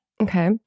Okay